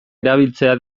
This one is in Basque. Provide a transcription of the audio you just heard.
erabiltzea